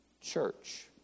church